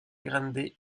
grande